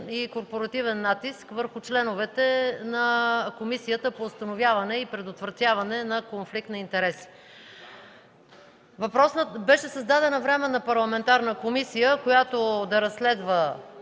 и корпоративен натиск върху членовете на Комисията по предотвратяване и установяване на конфликт на интереси. Беше създадена временна парламентарна комисия, която да разследва,